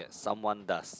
someone does